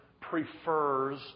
prefers